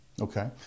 Okay